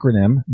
acronym